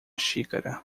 xícara